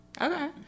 okay